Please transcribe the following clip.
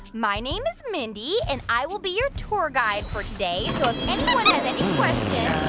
my name is mindy, and i will be your tour guide for today. so if anyone has any questions.